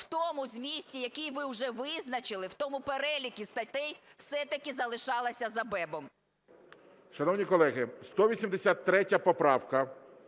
у тому змісті, який ви вже визначили, у тому переліку статей, все-таки залишалася за БЕБ. ГОЛОВУЮЧИЙ. Шановні колеги, 183 поправка